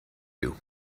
you